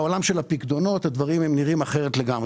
בעולם של הפיקדונות הדברים נראים אחרת לגמרי.